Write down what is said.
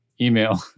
email